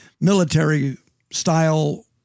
military-style